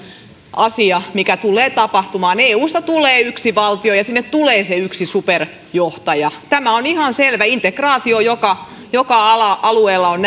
asia mikä tulee tapahtumaan eusta tulee yksi valtio ja sinne tulee se yksi superjohtaja tämä on ihan selvä integraatio joka joka alueella on